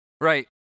Right